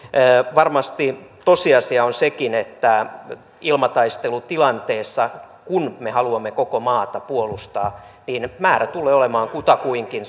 varmasti tosiasia on sekin että ilmataistelutilanteessa kun me haluamme koko maata puolustaa määrä tulee olemaan kutakuinkin